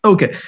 Okay